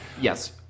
Yes